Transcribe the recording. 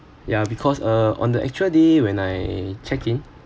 yeah because uh on the actual day when I check in